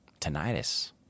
Tinnitus